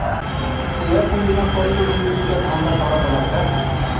share पूंजी में कई लोग मिल के धंधा करत बाटे